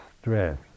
stress